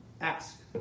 ask